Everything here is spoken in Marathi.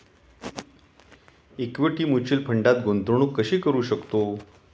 इक्विटी म्युच्युअल फंडात गुंतवणूक कशी करू शकतो?